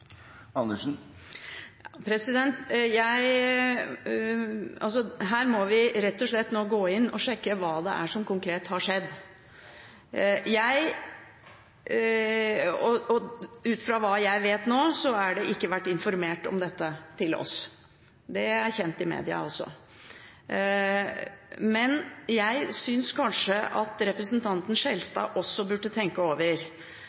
Andersen sier. Hun sier at det ikke var i tråd med det som det var enighet om. Men fortsatt lurer jeg på: Ble SV lurt, ettersom det tildelingsbrevet var klart? Her må vi rett og slett gå inn og sjekke hva det er som konkret har skjedd. Ut fra hva jeg vet nå, har det ikke vært informert om dette til oss. Det er kjent i